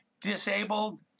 disabled